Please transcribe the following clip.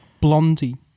blondie